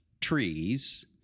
trees